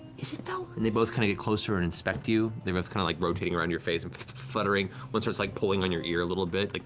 is it, though? and they both kind of get closer and inspect you. they're both kind of like rotating around your face and fluttering. one starts like pulling on your ear a little bit, like